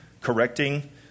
correcting